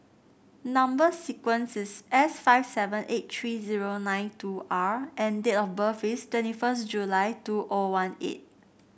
number sequence is S five seven eight three zero nine two R and date of birth is twenty first July two O one eight